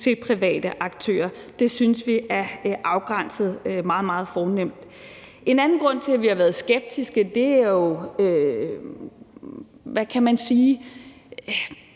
til private aktører. Det synes vi er afgrænset meget, meget fornemt. En anden grund til, at vi har været skeptiske, er jo den